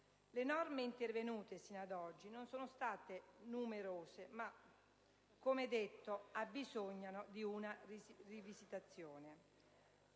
Le norme intervenute sino ad oggi sono state numerose ma, come detto, abbisognano di una rivisitazione.